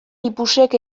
lipusek